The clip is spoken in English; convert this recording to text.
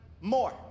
more